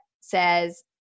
says